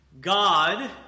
God